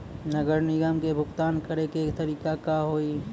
नगर निगम के भुगतान करे के तरीका का हाव हाई?